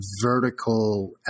vertical